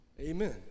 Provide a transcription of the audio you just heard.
amen